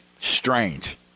strange